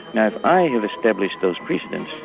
now if i have established those precedents,